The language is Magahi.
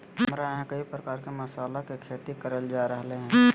हमरा यहां कई प्रकार के मसाला के खेती करल जा रहल हई